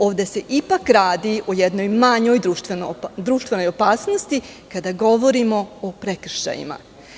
Ovde se ipak radi o jednoj manjoj društvenoj opasnosti, kada govorimo o prekršajima.